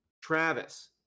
Travis